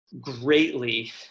greatly